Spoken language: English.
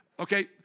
Okay